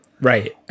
right